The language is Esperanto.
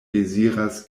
deziras